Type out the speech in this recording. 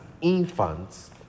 infants